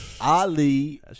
Ali